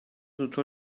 tutto